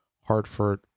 Hartford